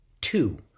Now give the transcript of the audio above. two